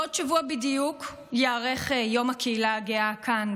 בעוד שבוע בדיוק ייערך יום הקהילה הגאה כאן,